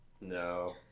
No